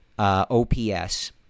OPS